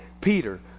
Peter